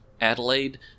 Adelaide